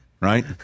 right